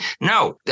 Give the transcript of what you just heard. No